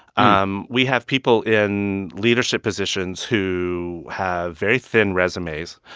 um we have people in leadership positions who have very thin resumes,